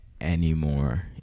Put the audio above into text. anymore